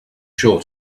sure